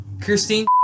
Christine